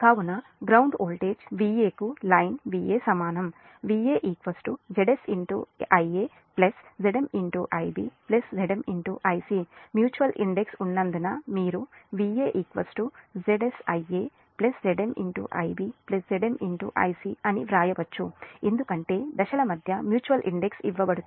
కావున ground voltage Va కు line Va కి సమానం Va Zs Ia Zm Ib Zm Ic mutual index ఉన్నందున మీరు V a Zs Ia Zm Ib Zm Ic అని వ్రాయవచ్చు ఎందుకంటే దశల మధ్య మ్యూచువల్ ఇండక్టన్స్ ఇవ్వబడుతుంది